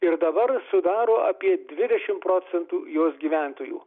ir dabar sudaro apie dvidešim procentų jos gyventojų